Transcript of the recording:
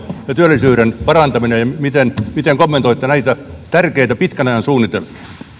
ja työllisyyden parantaminen miten miten kommentoitte näitä tärkeitä pitkän ajan suunnitelmia